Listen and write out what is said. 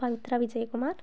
Pavithra Vijayakumar